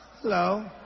Hello